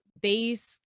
base